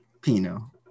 Pino